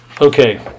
Okay